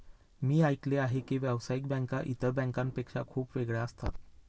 मी ऐकले आहे की व्यावसायिक बँका इतर बँकांपेक्षा खूप वेगळ्या असतात